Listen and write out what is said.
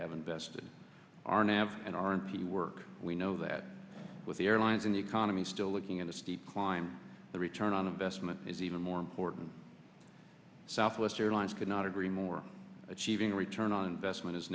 have invested arnav and r and p work we know that with the airlines in the economy still looking at a steep climb the return on investment is even more important southwest airlines could not agree more achieving return on investment is